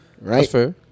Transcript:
Right